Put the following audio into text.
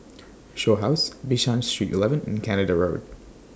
Shaw House Bishan Street eleven and Canada Road